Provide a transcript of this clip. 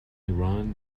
iran